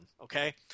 Okay